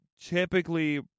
typically